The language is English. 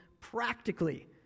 practically